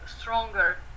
stronger